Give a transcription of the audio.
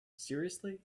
seriously